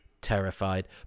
terrified